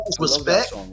respect